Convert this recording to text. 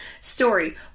story